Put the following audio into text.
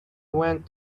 went